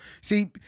See